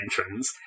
entrance